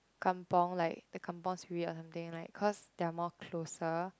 kampung like the kampung spirit or something like cause they are more closer